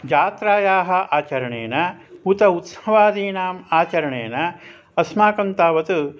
जात्रायाः आचरणेन उत उत्सवादीनाम् आचरणेन अस्माकं तावत्